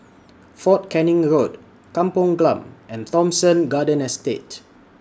Fort Canning Road Kampung Glam and Thomson Garden Estate